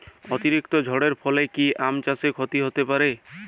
অতিরিক্ত ঝড়ের ফলে কি আম চাষে ক্ষতি হতে পারে?